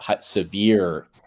severe